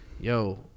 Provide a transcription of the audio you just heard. yo